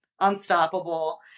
unstoppable